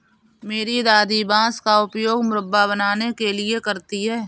मेरी दादी बांस का उपयोग मुरब्बा बनाने के लिए करती हैं